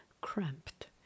cramped